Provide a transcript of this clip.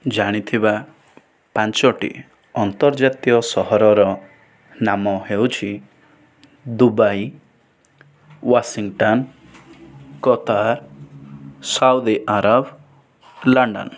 ଜାଣିଥିବା ପାଞ୍ଚୋଟି ଅର୍ନ୍ତଜାତୀୟ ସହରର ନାମ ହେଉଛି Dubai Washington Qatar Saudi Arab London